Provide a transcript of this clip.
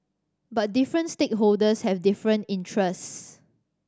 but different stakeholders have different interests